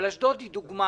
אבל אשדוד היא דוגמה